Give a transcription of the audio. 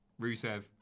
Rusev